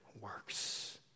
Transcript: works